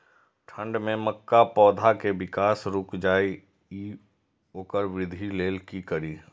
ठंढ में मक्का पौधा के विकास रूक जाय इ वोकर वृद्धि लेल कि करी?